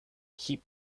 heap